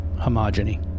homogeneity